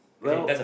well